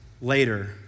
later